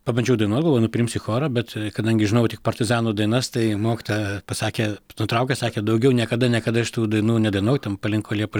pabandžiau dainuot galvoju nu priims į chorą bet kadangi žinojau tik partizanų dainas tai mokytoja pasakė nutraukė sakė daugiau niekada niekada šitų dainų nedainuok ten palinko liepa